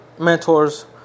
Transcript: mentors